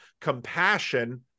compassion